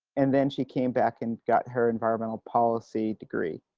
and then she came back and got her environmental policy degree.